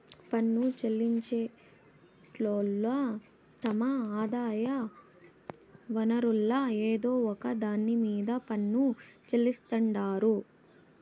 పన్ను చెల్లించేటోళ్లు తమ ఆదాయ వనరుల్ల ఏదో ఒక దాన్ని మీద పన్ను చెల్లిస్తాండారు